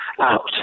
out